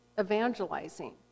evangelizing